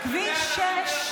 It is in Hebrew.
כביש 6,